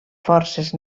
forces